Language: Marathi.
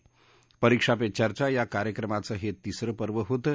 परीक्षा पे चर्चा या कार्यक्रमाचं हे तिसरं पर्व होतं